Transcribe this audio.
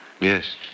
Yes